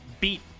beat